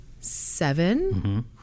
seven